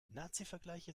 nazivergleiche